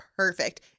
Perfect